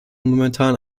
momentan